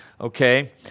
Okay